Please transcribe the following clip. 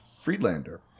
friedlander